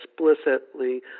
explicitly